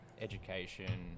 education